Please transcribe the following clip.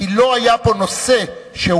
כי לא היה פה נושא שהוא,